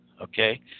okay